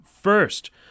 first